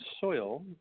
soil